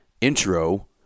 intro